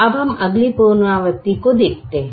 अब हम अगली पुनरावृत्ति को देखते हैं